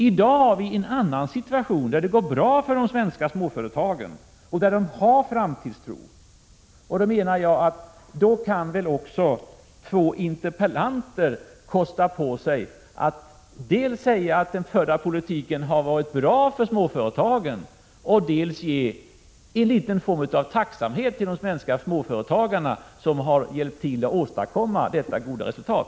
I dag har vi en annan situation: det går bra för de svenska småföretagen, och de har framtidstro. Då menar jag att också två interpellanter borde kunna kosta på sig att dels säga att den förda politiken har varit bra för småföretagen, dels visa någon form av tacksamhet mot de svenska småföretagarna, som har hjälpt till att åstadkomma detta goda resultat.